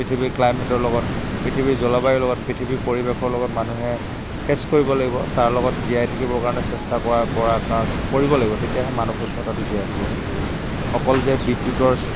পৃথিৱীৰ ক্লাইমেটৰ লগত পৃথিৱীৰ জলবায়ু লগত পৃথিৱীৰ পৰিৱেশৰ লগত মানুহে ফেচ কৰিব লাগিব তাৰ লগত জীয়াই থাকিব কাৰণে চেষ্টা কৰা কৰা কা কৰিব লাগিব তেতিয়াহে মানৱ সভ্যতাটো জীয়াই থাকিব পৃথিৱীলৈ অকল যে বিদ্যুতৰ